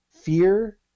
fear